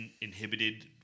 inhibited